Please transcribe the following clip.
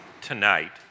tonight